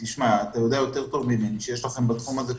אתה יודע יותר טוב ממני שיש לכם בתחום הזה כוחות.